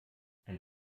ein